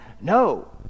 No